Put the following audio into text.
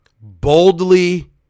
boldly